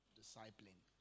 discipling